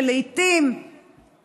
שלעיתים,